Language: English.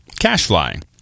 CashFly